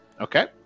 Okay